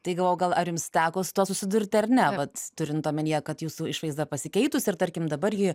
tai galvojau gal ar jums teko su tuo susidurti ar ne vat turint omenyje kad jūsų išvaizda pasikeitusi ir tarkim dabar ji